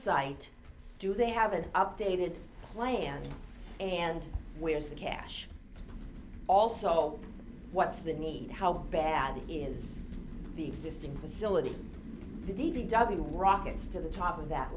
site do they have an updated plan and where is the cash also what's the need how bad is the existing facility the d b w rockets to the top of that